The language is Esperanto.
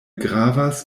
gravas